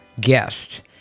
guest